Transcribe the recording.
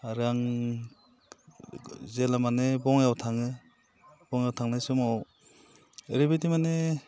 आरो आं जेला माने बङाइआव थाङो बङाइआव थांनाय समाव ओरैबादि माने